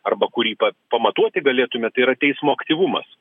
arba kurį pa pamatuoti galėtume tai yra teismo aktyvumas